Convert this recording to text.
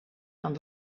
aan